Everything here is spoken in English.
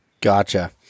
Gotcha